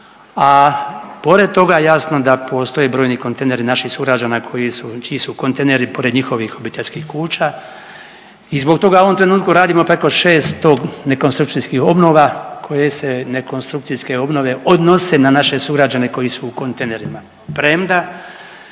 a pored toga je jasno da postoje brojni kontejneri naših sugrađana koji su, čiji su kontejneri pored njihovih obiteljskih kuća. I zbog toga u ovom trenutku radimo preko 600 nekonstrukcijskih obnova koje se nekonstrukcijske obnove odnose na naše sugrađane koji su u kontejnerima. Premda